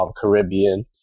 caribbean